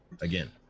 again